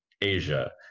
Asia